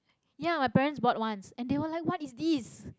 ya my parents bought once and they were like what is this